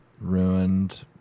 ruined